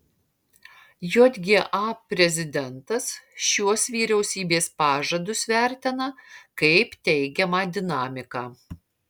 jga prezidentas šiuos vyriausybės pažadus vertina kaip teigiamą dinamiką